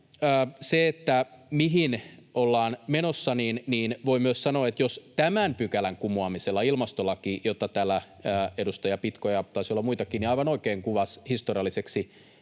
siitä, mihin ollaan menossa, voin myös sanoa, että jos tämän pykälän kumoamisella ilmastolaki, jota täällä edustaja Pitko, ja taisi olla muitakin, aivan oikein kuvasi historialliseksi